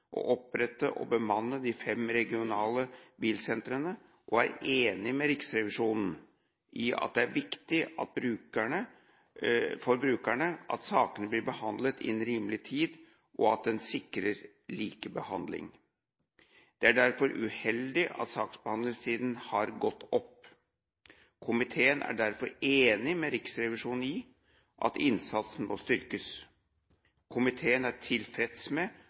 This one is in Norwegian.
å opprette og bemanne de fem regionale bilsentrene og er enig med Riksrevisjonen i at det er viktig for brukerne at sakene blir behandlet innen rimelig tid, og at en sikrer likebehandling. Det er derfor uheldig at saksbehandlingstiden har gått opp. Komiteen er derfor enig med Riksrevisjonen i at innsatsen må styrkes. Komiteen er tilfreds med